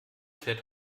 fährt